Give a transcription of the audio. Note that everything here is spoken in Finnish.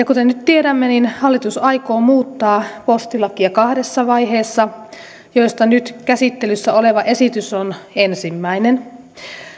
kuten nyt tiedämme hallitus aikoo muuttaa postilakia kahdessa vaiheessa joista nyt käsittelyssä oleva esitys on ensimmäinen